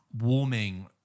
warming